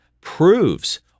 proves